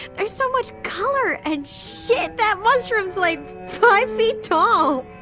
there's so much color, and, shit, that mushroom is like, five feet tall!